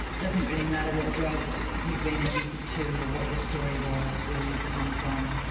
doesn't really matter what drug you've been addicted to or what your story was, where you've come from,